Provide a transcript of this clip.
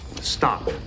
Stop